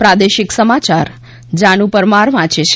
પ્રાદેશિક સમાયાર જાનુ પરમાર વાંચે છે